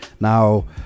now